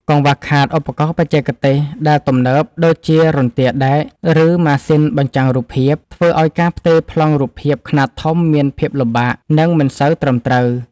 កង្វះខាតឧបករណ៍បច្ចេកទេសដែលទំនើប ដូចជារន្ទាដែក ឬម៉ាស៊ីនបញ្ចាំងរូបភាព ធ្វើឱ្យការផ្ទេរប្លង់រូបភាពខ្នាតធំមានភាពលំបាក និងមិនសូវត្រឹមត្រូវ។